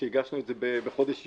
כשהגשנו את זה בחודש יולי,